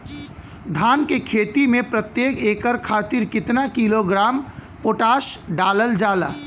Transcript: धान क खेती में प्रत्येक एकड़ खातिर कितना किलोग्राम पोटाश डालल जाला?